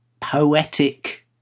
poetic